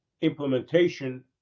implementation